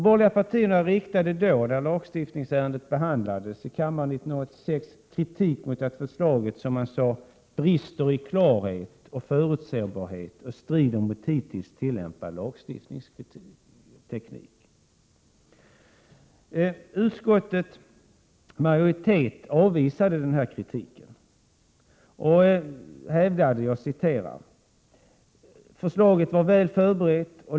Vid lagstiftningsärendets behandling i kammaren 1986 riktade de borgerliga partierna kritik mot att förslaget brast i klarhet och förutsebarhet och stred mot dittills tillämpad lagstiftningsteknik. Utskottets majoritet avvisade denna kritik och hävdade: ”Enligt utskottets mening är lagförslaget väl berett.